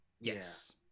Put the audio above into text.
yes